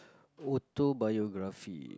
autobiography